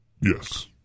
yes